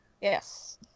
Yes